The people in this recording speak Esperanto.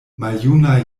maljunaj